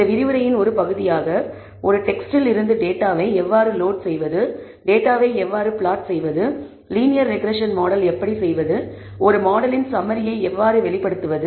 இந்த விரிவுரையின் ஒரு பகுதியாக ஒரு டெக்ஸ்ட்டில் இருந்து டேட்டாவை எவ்வாறு லோட் செய்வது டேட்டாவை எவ்வாறு பிளாட் செய்வது லீனியர் ரெக்ரெஸ்ஸன் மாடல் எப்படி செய்வது ஒரு மாடலின் சம்மரியை எவ்வாறு வெளிப்படுத்துவது